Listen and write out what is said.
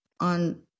on